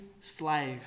slave